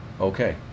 Okay